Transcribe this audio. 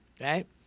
right